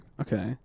Okay